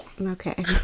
Okay